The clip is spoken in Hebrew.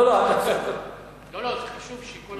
לא, זה חשוב שכל אחד ידבר על זה.